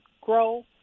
grow